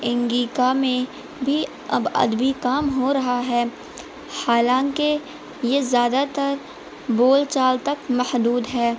انگیکا میں بھی اب ادبی کام ہو رہا ہے حالانکہ یہ زیادہ تر بول چال تک محدود ہے